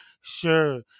sure